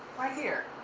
right here.